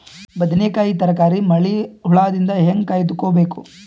ಬದನೆಕಾಯಿ ತರಕಾರಿ ಮಳಿ ಹುಳಾದಿಂದ ಹೇಂಗ ಕಾಯ್ದುಕೊಬೇಕು?